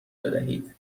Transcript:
بدهید